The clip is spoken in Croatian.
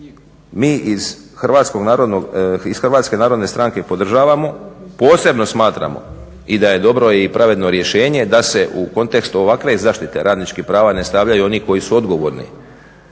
mi iz Hrvatske narodne stranke podržavamo, posebno smatramo i da je dobro i pravedno rješenje da se u kontekstu ovakve zaštite radničkih prava ne stavljaju oni koji su odgovorni